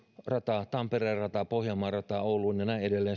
rata tampereen rata pohjanmaan rata oulun ja näin edelleen